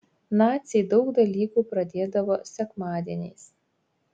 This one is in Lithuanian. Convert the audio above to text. naciai daug dalykų pradėdavo sekmadieniais